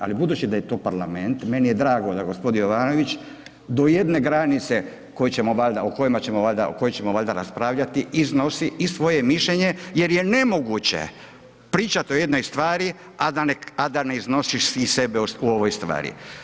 Ali budući da je to Parlament meni je drago da gospodin Jovanović do jedne granice o kojoj ćemo valjda raspravljati iznosi i svoje mišljenje jer je nemoguće pričati o jednoj stvari a da ne iznosiš i sebe u ovoj stvari.